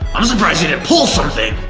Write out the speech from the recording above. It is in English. i'm surprised he didn't pull something.